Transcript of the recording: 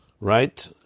Right